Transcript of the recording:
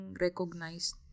recognized